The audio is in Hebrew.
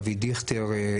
אבי דיכטר,